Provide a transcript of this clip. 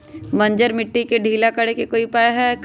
बंजर मिट्टी के ढीला करेके कोई उपाय है का?